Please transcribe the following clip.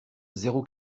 zéro